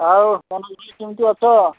ଆଉ କେମିତି ଅଛ